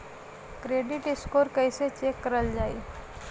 Credit score कइसे check करल जायी?